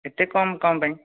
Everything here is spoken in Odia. ଏତେ କମ୍ କ'ଣ ପାଇଁ